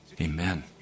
Amen